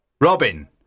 Robin